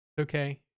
okay